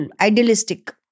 Idealistic